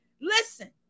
Listen